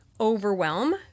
overwhelm